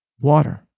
Water